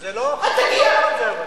זה לא, אף אחד לא אמר את זה אבל.